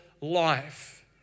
life